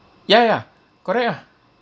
ya ya correct ah